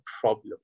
problem